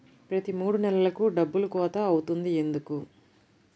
ప్రతి మూడు నెలలకు డబ్బులు కోత అవుతుంది ఎందుకు?